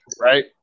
right